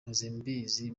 mpozembizi